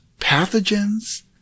pathogens